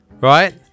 right